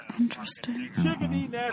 Interesting